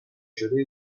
شده